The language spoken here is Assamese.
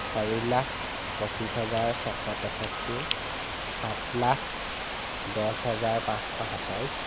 চাৰি লাখ পঁচিছ হাজাৰ ছশ তেষষ্টি সাত লাখ দছ হাজাৰ পাঁচশ সাতাইছ